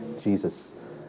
Jesus